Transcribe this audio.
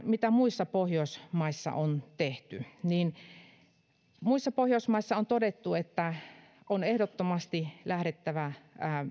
mitä muissa pohjoismaissa on tehty niin muissa pohjoismaissa on todettu että heidän on ehdottomasti lähdettävä